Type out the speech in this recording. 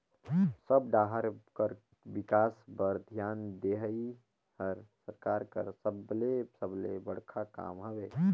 सब डाहर कर बिकास बर धियान देहई हर सरकार कर सबले सबले बड़खा काम हवे